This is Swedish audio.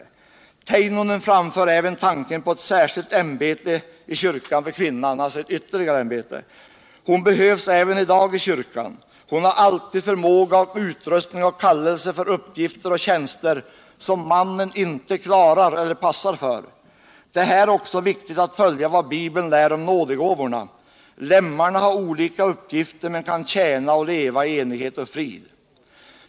Teinonen framför även tanken på ett särskilt ämbete i kyrkan för kvinnan, alltså ytterligare ett ämbete. Hon behövs även i dag i kyrkan. Hon har alltid förmåga och utrustning och kallelse för uppgifter och tjänster som mannen inte klarar eller passar för. Det är också viktigt att följa vad Bibeln lär om nådegåvorna. Lemmarna har olika uppgifter men kan tjäna och leva i enighet, i frid.